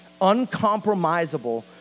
uncompromisable